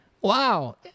Wow